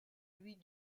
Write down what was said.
louis